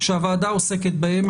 שהוועדה עוסקת בהן,